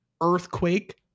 Earthquake